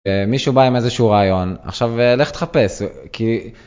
מישהו בא עם איזשהו רעיון, עכשיו לך תחפש כי